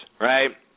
right